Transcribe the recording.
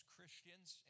Christians